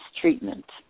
treatment